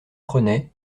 prenaient